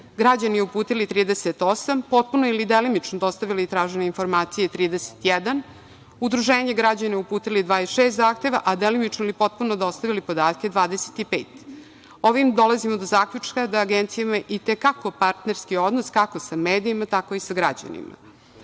građani uputili 38, potpuno ili delimično dostavili tražene informacije 31, udruženju građana uputili 26 zahteva, a delimično ili potpuno dostavili podatke 25.Ovim dolazimo do zaključka da Agencija ima i te kako partnerski odnos, kako sa medijima, tako i sa građanima.